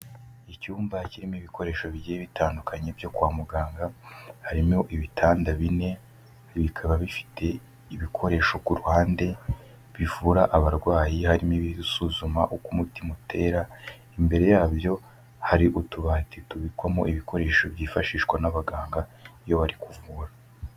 Icyumba kirimo ibikoresho bigiye bitandukanye byo kwa muganga, harimo ibitanda bine, bikaba bifite ibikoresho ku ruhande bivura abarwayi, harimo ibisuzuma uko umutima utera, imbere yabyo hari utubati tubikwamo ibikoresho byifashishwa n'abaganga, iyo bari kuvura.